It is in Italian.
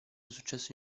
successo